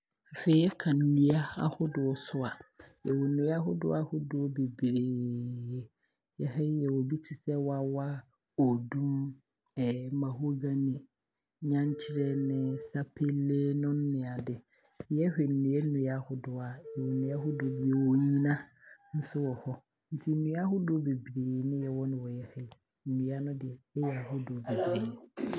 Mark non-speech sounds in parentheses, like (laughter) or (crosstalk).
Afei yɛka nnua ahodoɔ nso a, yɛwɔ nnua ahodoɔ ahodoɔ beberee. Yɛ ha yi yɛwɔ bi te sɛ; wawa, odum, (hesitation) mahogany, nyankyerɛnee, Sapele nom ne ade, Yɛhwɛ nnua nnua ahodoɔ a, yɛwɔ nnua ahodoɔ beberee, yɛwɔ onyina nso wɔ hɔ, nti nnua ahodoɔ beberee ne yɛwɔ no wɔ yɛ ha yi nti nnua no deɛ ɛyɛ ahodoɔ beberee.